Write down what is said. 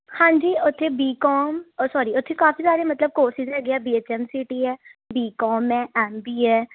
ਹਾਂਜੀ ਉੱਥੇ BCom sorry ਉੱਥੇ ਕਾਫੀ ਸਾਰੇ ਮਤਲਬ ਕੋਰਸਿਸ ਹੈਗੇ ਆ B H M C T ਹੈ ਬੀਕੌਮ ਹੈ ਐੱਮ ਬੀ ਹੈ